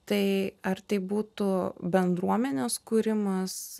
tai ar tai būtų bendruomenės kūrimas